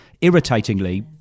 irritatingly